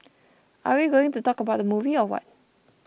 are we going to talk about the movie or what